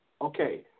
okay